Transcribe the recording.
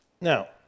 Now